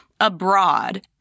abroad